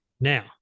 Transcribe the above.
Now